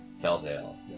Telltale